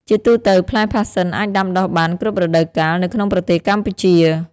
ជាទូទៅ ផ្លែផាសសិនអាចដាំដុះបាន គ្រប់រដូវកាល នៅក្នុងប្រទេសកម្ពុជា។